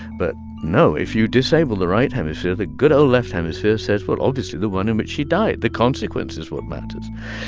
but no. if you disable the right hemisphere, the good old left hemisphere says, well, obviously, the one in which she died. the consequence is what matters.